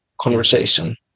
conversation